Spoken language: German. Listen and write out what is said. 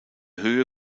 höhe